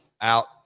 out